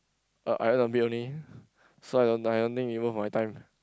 uh I earn a bit only so I don't I don't think it worth my time